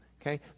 Okay